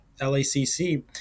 LACC